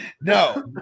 No